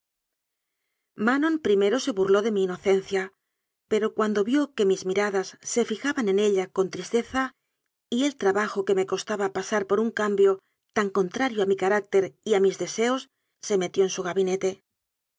manon primero se burló de mi inocencia pero cuando vió que mis miradas se fijaban en ella con tristeza y el trabajo que me costaba pasar por un cambio tan contrario a mi carácter y a mis de anon seos se metió en su gabinete